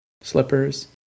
slippers